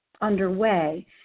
underway